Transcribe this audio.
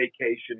vacation